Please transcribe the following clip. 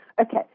Okay